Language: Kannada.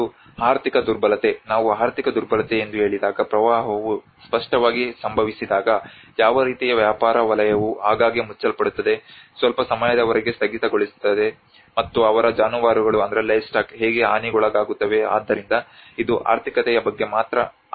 ಮತ್ತು ಆರ್ಥಿಕ ದುರ್ಬಲತೆ ನಾವು ಆರ್ಥಿಕ ದುರ್ಬಲತೆ ಎಂದು ಹೇಳಿದಾಗ ಪ್ರವಾಹವು ಸ್ಪಷ್ಟವಾಗಿ ಸಂಭವಿಸಿದಾಗ ಯಾವ ರೀತಿಯ ವ್ಯಾಪಾರ ವಲಯವು ಆಗಾಗ್ಗೆ ಮುಚ್ಚಲ್ಪಡುತ್ತದೆ ಸ್ವಲ್ಪ ಸಮಯದವರೆಗೆ ಸ್ಥಗಿತಗೊಳ್ಳುತ್ತದೆ ಮತ್ತು ಅವರ ಜಾನುವಾರುಗಳು ಹೇಗೆ ಹಾನಿಗೊಳಗಾಗುತ್ತವೆ ಆದ್ದರಿಂದ ಇದು ಆರ್ಥಿಕತೆಯ ಬಗ್ಗೆ ಮಾತ್ರ ಆಗಿದೆ